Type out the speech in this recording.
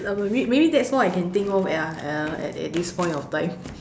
I'm a bit maybe that's all I can think of ya uh at at this point of life